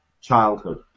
childhood